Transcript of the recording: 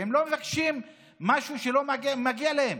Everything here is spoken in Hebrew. והם לא מבקשים משהו שלא מגיע להם.